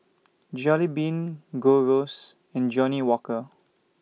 Jollibean Gold Roast and Johnnie Walker